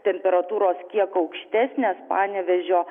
temperatūros kiek aukštesnės panevėžio